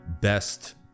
best